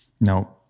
No